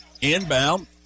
inbound